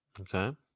Okay